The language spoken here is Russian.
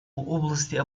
области